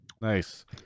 Nice